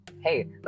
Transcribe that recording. Hey